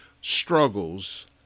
struggles